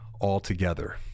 altogether